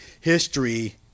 history